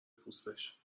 پوستش